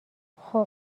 خوب